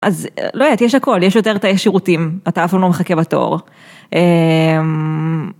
אז לא יודעת, יש הכל, יש יותר תאי שירותים, אתה אף פעם לא מחכה בתור אאא אממ